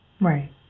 Right